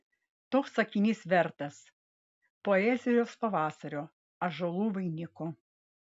toks sakinys vertas poezijos pavasario ąžuolų vainiko